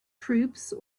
troops